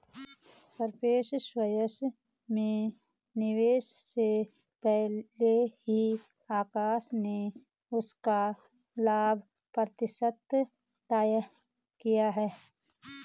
preference shares में निवेश से पहले ही आकाश ने उसका लाभ प्रतिशत तय किया था